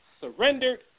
surrendered